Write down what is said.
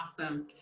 Awesome